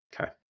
Okay